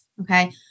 okay